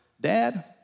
Dad